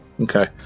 Okay